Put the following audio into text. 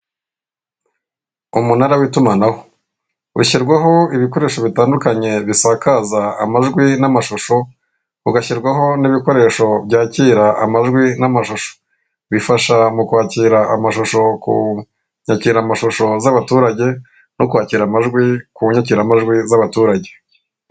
Umunara w'itumanaho ushyirwaho ibikoresho bitandukanye bisakaza amajwi n'amashusho, ugashyirwaho n'ibikoresho byakira amajwi n'amashusho. Bifasha mu kwakira amashusho ku nyakira mashusho z'abaturage no kwakira amajwi ku nyakiramajwi z'abaturage.